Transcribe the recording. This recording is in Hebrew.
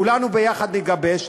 כולנו ביחד נגבש,